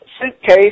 suitcase